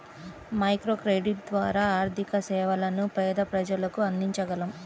microcredit ద్వారా ఆర్థిక సేవలను పేద ప్రజలకు అందించగలం